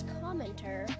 commenter